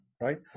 Right